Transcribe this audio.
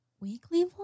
weekly